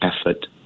effort